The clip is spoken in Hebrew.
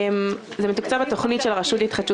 זה מתוקצב לתוכנית של הרשות להתחדשות